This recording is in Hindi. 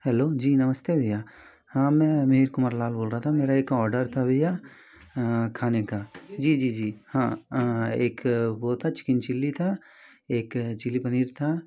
हेलो जी नमस्ते भैया हाँ मैं मिहिर कुमार लाल बोल रहा था मेरा एक ऑर्डर था भैया खाने का जी जी जी हाँ एक वो था चिकन चिल्ली था एक चिल्ली पनीर था